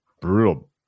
Brutal